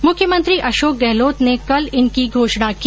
मुख्यमंत्री अशोक गहलोत ने कल इनकी घोषणा की